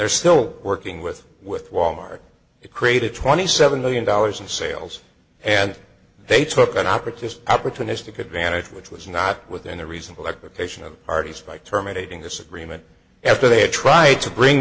they're still working with with wal mart it created twenty seven million dollars in sales and they took an opportunist opportunistic advantage which was not within the reasonable expectation of parties by terminating this agreement after they tried to bring